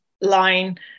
line